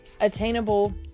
attainable